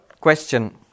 question